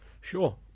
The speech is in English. Sure